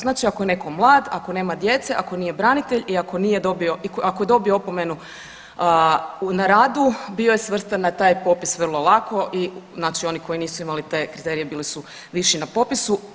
Znači ako je netko mlad, ako nema djece, ako nije branitelj i ako nije dobio, ako je dobio opomenu na radu bio je svrstan na taj popis vrlo lako i znači oni koji nisu imali te kriterije bili su viši na popisu.